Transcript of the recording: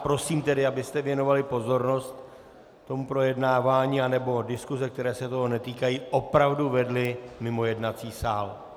Prosím tedy, abyste věnovali pozornost tomu projednávání, anebo diskuse, které se toho netýkají, opravdu vedli mimo jednací sál...